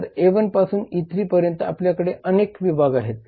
तर A1 पासून E3 पर्यंत आपल्याकडे अनेक विभाग आहेत